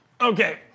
Okay